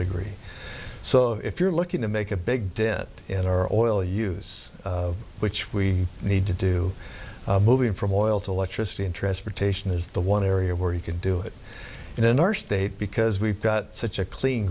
degree so if you're looking to make a big dent in our oil use which we need to do moving from oil to electricity and transportation is the one area where you can do it and in our state because we've got such a clean